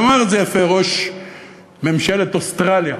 ואמר את זה יפה ראש ממשלת אוסטרליה.